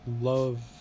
love